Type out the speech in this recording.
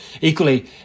Equally